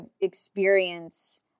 experience